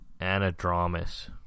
Anadromous